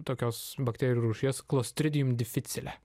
tokios bakterijų rūšies klostridium dificile